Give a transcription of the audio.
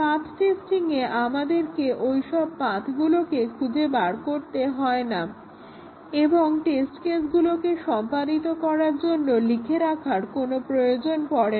path টেস্টিংয়ে আমাদেরকে ঐবসব পাথ্গুলোকে খুঁজে বের করতে হয় না এবং টেস্ট কেসগুলোকে সম্পাদিত করার জন্য লিখে রাখার কোনো প্রয়োজন পরে না